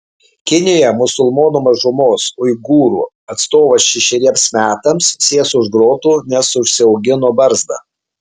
kinijoje musulmonų mažumos uigūrų atstovas šešeriems metams sės už grotų nes užsiaugino barzdą